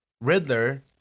Riddler